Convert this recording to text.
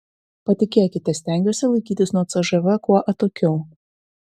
patikėkite stengiuosi laikytis nuo cžv kuo atokiau